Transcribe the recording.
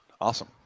Awesome